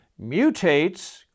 mutates